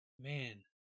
Man